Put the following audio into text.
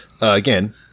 Again